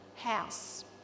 House